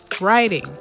writing